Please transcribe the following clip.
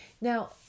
Now